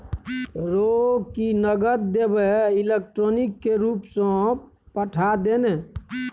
रौ की नगद देबेय इलेक्ट्रॉनिके रूपसँ पठा दे ने